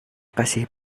kasih